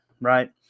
right